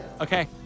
Okay